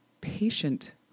patient